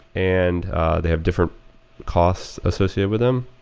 and they have different costs associated with them.